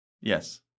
yes